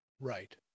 Right